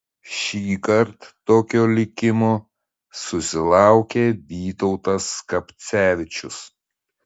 šįkart tokio likimo susilaukė vytautas skapcevičius